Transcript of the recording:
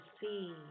see